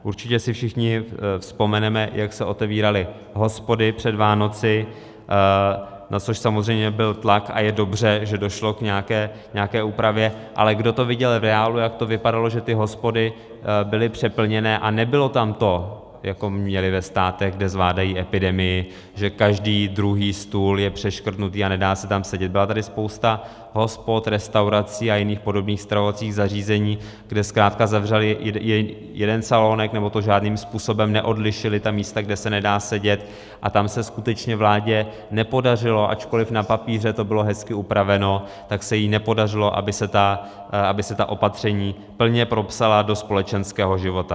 Určitě si všichni vzpomeneme, jak se otevíraly hospody před Vánoci, na což samozřejmě byl tlak, a je dobře, že došlo k nějaké úpravě, ale kdo to viděl v reálu, jak to vypadalo, že ty hospody byly přeplněné a nebylo tam to, jako měli ve Státech, kde zvládají epidemii, že každý druhý stůl je přeškrtnutý a nedá se tam sedět, byla tady spousta hospod, restaurací a jiných podobných stravovacích zařízení, kde zkrátka zavřeli jeden salonek nebo žádným způsobem neodlišili místa, kde se nedá sedět, a tam se skutečně vládě nepodařilo, ačkoli na papíře to bylo hezky upraveno, tak se jí nepodařilo, aby se ta opatření plně propsala do společenského života.